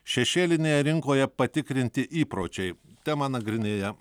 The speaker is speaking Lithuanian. šešėlinėje rinkoje patikrinti įpročiai temą nagrinėja